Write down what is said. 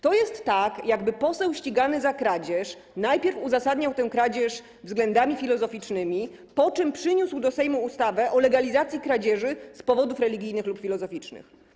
To tak, jakby poseł ścigany za kradzież najpierw uzasadniał tę kradzież względami filozoficznymi, po czym przyniósł do Sejmu ustawę o legalizacji kradzieży z powodów religijnych lub filozoficznych.